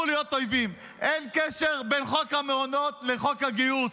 מה הקשר בין חוק המעונות לחוק הגיוס?